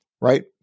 right